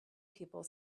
people